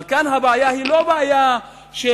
אבל כאן הבעיה היא לא בעיה חברתית,